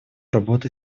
работой